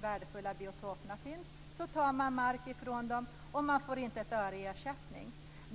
värdefulla biotoperna finns. Man tar mark ifrån dem, och de får inte ett öre i ersättning.